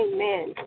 Amen